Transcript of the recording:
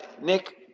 Nick